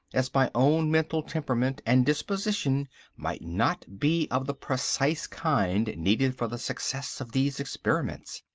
as my own mental temperament and disposition might not be of the precise kind needed for the success of these experiments.